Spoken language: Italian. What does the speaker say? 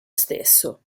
stesso